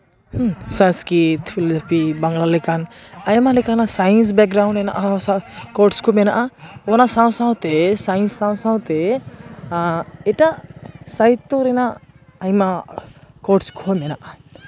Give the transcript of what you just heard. Sanskrit philosophy Bangla ᱞᱮᱠᱟᱱ ᱟᱭᱢᱟ ᱞᱮᱠᱟᱱ ᱥᱟᱭᱮᱱᱥ ᱵᱮᱠᱜᱨᱟᱩᱱᱰ ᱨᱮᱱᱟᱜ ᱦᱚᱸ ᱠᱳᱨᱥ ᱠᱚ ᱢᱮᱱᱟᱜᱼᱟ ᱚᱱᱟ ᱥᱟᱶ ᱥᱟᱶᱛᱮ ᱥᱟᱭᱮᱱᱥ ᱥᱟᱶ ᱥᱟᱶᱛᱮ ᱟᱸᱜ ᱮᱴᱟᱜ ᱥᱟᱦᱤᱛᱛᱚ ᱨᱮᱱᱟᱜ ᱟᱭᱢᱟ ᱠᱳᱨᱥ ᱠᱚᱦᱚᱸ ᱢᱮᱱᱟᱜᱼᱟ